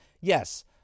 yes